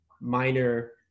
minor